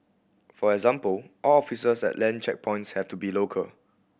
for example all officers at land checkpoints have to be local